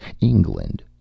England